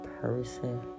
person